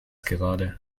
gerade